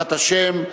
בעזרת השם,